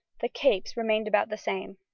the capes remained about the same.